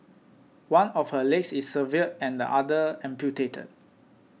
one of her legs is severed and the other amputated